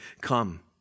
come